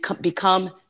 become